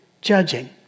judging